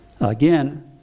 Again